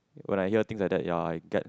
when I hear things like that ya I get